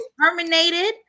terminated